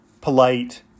polite